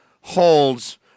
holds